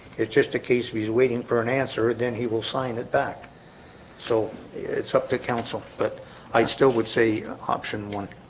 it's just a case he's waiting for an answer and then he will sign it back so it's up to council, but i still would say option one